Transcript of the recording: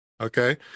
Okay